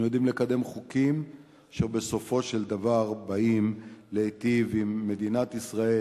אנו יודעים לקדם חוקים אשר בסופו של דבר באים להיטיב עם מדינת ישראל,